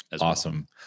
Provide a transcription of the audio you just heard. Awesome